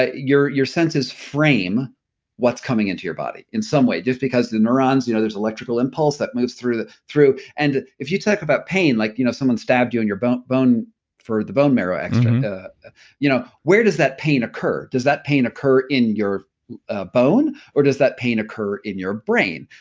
ah your your senses frame what's coming into your body in some way. just because the neurons, you know there's electrical impulse that moves through and if you talk about pain like you know someone stab you in your bone bone for the bone marrow and you know where does that pain occur? does that pain occur in your ah bone or does that pain occur in your brain?